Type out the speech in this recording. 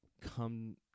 come